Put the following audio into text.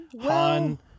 Han